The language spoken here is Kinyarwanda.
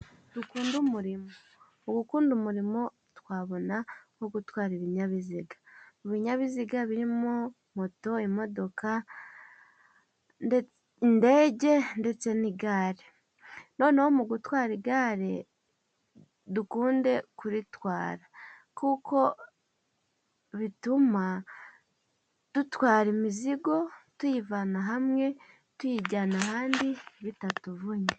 Dukunde umurimo, gukunda umurimo twabona nko gutwara ibinyabiziga. Ibinyabiziga birimo moto, imodoka, indege, ndetse n'igare, noneho mu gutwara igare dukunde kuritwara kuko bituma dutwara imizigo, tuyivana hamwe tuyijyana ahandi bitatuvunnye.